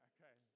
Okay